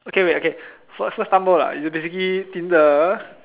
okay wait okay first not stumble lah it's basically tinder